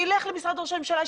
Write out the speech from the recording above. שילך למשרד ראש הממשלה,